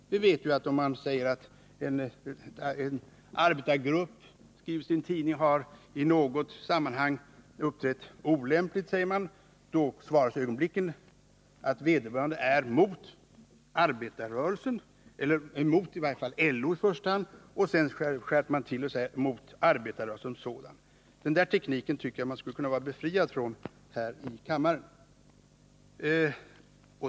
Det är ju så att man, om man säger att en arbetargrupp i sin tidning i något sammanhang har uttalat sig olämpligt, ögonblickligen svarar att vederbörande är mot arbetarrörelsen eller i varje fall mot LO. Sedan skärper man tonen och menar att motståndet gäller arbetarrörelsen som sådan. Men den tekniken tycker jag att vi skulle kunna vara befriade från här i kammaren.